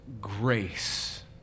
grace